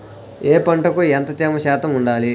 ఏ పంటకు ఎంత తేమ శాతం ఉండాలి?